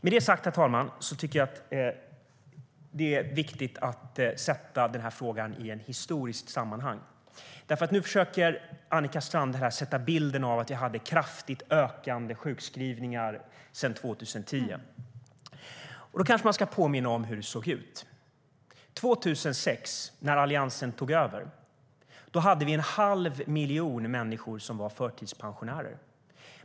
Herr talman! Med det sagt är det viktigt att sätta frågan i ett historiskt sammanhang. Nu försöker Annika Strandhäll att sätta bilden av att vi hade kraftigt ökande sjukskrivningar sedan 2010. Man kanske ska påminna om hur det såg ut. År 2006, när Alliansen tog över, hade vi en halv miljon människor som var förtidspensionärer.